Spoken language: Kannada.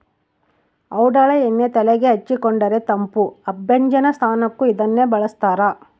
ಔಡಲ ಎಣ್ಣೆ ತೆಲೆಗೆ ಹಚ್ಚಿಕೊಂಡರೆ ತಂಪು ಅಭ್ಯಂಜನ ಸ್ನಾನಕ್ಕೂ ಇದನ್ನೇ ಬಳಸ್ತಾರ